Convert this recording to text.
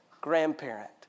grandparent